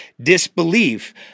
disbelief